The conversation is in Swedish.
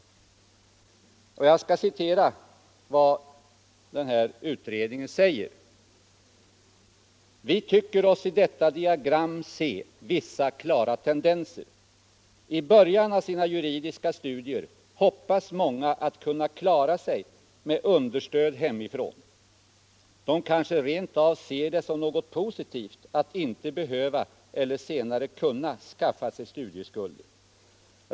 Jag skall citera vad den här utredningen säger: ”Vi tycker oss i detta diagram se vissa klara tendenser. I början av sina juridiska studier hoppas många att kunna klara sig med understöd hemifrån. De kanske rent av ser det som något positivt att inte behöva skaffa sig studieskulder.